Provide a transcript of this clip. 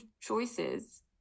choices